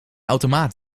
automaat